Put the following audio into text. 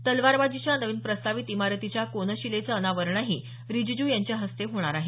तलवारबाजीच्या नवीन प्रस्तावित इमारतीच्या कोनशिलेचं अनावरणही रिजिजू यांच्या हस्ते होणार आहे